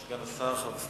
סגן השר,